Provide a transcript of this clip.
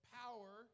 power